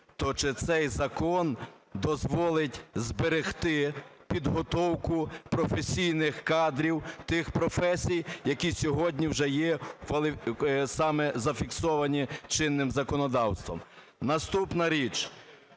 то чи цей закон дозволить зберегти підготовку професійних кадрів тих професій, які сьогодні вже є саме зафіксовані чинним законодавством. Наступна річ.